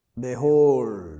Behold